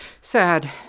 Sad